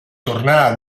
tornà